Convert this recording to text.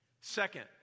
Second